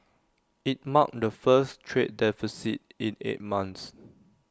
IT marked the first trade deficit in eight months